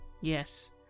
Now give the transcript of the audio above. Yes